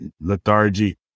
Lethargy